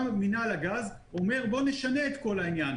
אתה בא ואומר שצריך בחיבור הראשון בדיקה, נכון?